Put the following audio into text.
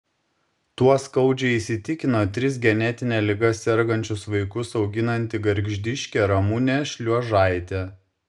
tuo skaudžiai įsitikino tris genetine liga sergančius vaikus auginanti gargždiškė ramunė šliuožaitė